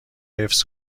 حفظ